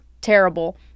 terrible